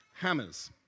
hammers